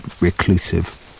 reclusive